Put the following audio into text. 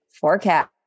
forecast